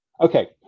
Okay